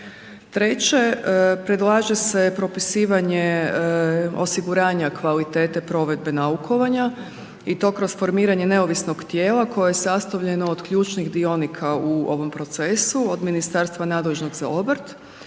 Treće, predlaže se propisivanje osiguranja kvalitete provedbe naukovanja i to kroz formiranje neovisnog tijela koje je sastavljeno od ključnih dionika u ovom procesu od ministarstva nadležnog za obrt,